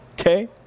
okay